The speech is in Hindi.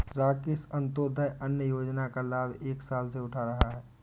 राकेश अंत्योदय अन्न योजना का लाभ एक साल से उठा रहा है